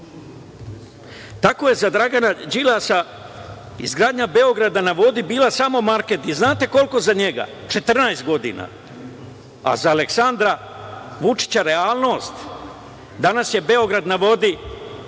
Tako je za Dragana Đilasa izgradnja „Beograda na vodi“ bila samo marketing. Znate koliko za njega, 14 godina, a za Aleksandra Vučića realnost. Danas je „Beograd na vodi“